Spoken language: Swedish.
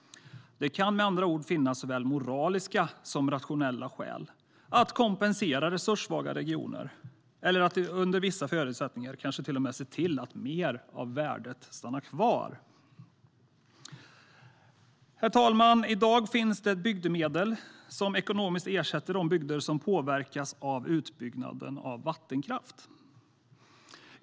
Det kan med andra ord finnas såväl moraliska som rationella skäl till att kompensera resurssvaga regioner, eller att under vissa förutsättningar kanske till och med se till att mer av värdet stannar kvar. Herr talman! I dag finns det bygdemedel som ekonomiskt ersätter de bygder som påverkats av utbyggnaden av vattenkraft.